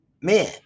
Man